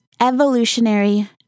evolutionary